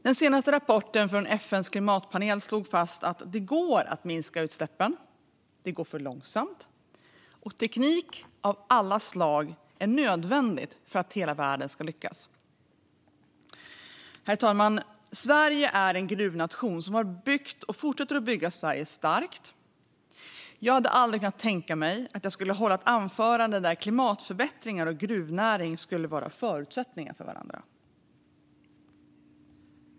Den senaste rapporten från FN:s klimatpanel slog fast att det går att minska utsläppen, att det går för långsamt och att det är nödvändigt med teknik av alla slag för att hela världen ska lyckas. Herr talman! Sverige är en gruvnation. Detta har byggt och fortsätter att bygga Sverige starkt. Jag hade dock aldrig kunnat tänka mig att jag skulle hålla ett anförande där klimatförbättringar och gruvnäring skulle vara förutsättningar för varandra.